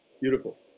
Beautiful